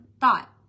thought